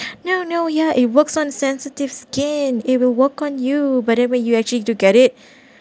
no no yeah it works on sensitive skin it will work on you whatever you actually to get it